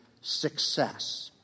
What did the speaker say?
success